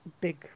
big